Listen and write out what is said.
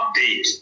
update